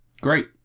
Great